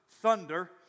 thunder